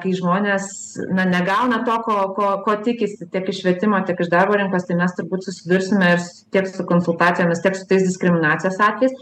kai žmonės na negauna to ko ko ko tikisi tiek švietimo tiek iš darbo rinkos tai mes turbūt susidursime ir s tiek su konsultacijomis tiek su tais diskriminacijos atvejais